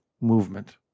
movement